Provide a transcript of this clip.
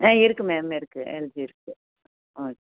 ஆ இருக்கு மேம் இருக்கு இருக்கு இருக்கு ஓக்